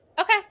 Okay